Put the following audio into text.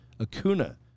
Acuna